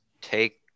take